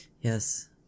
Yes